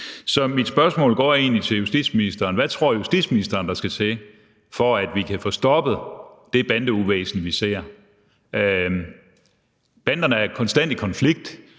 justitsministeren går egentlig på følgende: Hvad tror justitsministeren der skal til, for at vi kan få stoppet det bandeuvæsen, vi ser? Banderne er konstant i konflikt.